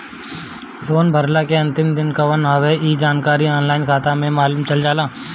loan भरला के अंतिम दिन कवन हवे इ जानकारी ऑनलाइन खाता में मालुम चल जाला